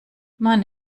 man